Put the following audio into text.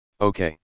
okay